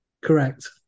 Correct